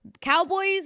Cowboys